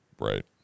Right